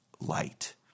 light